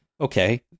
okay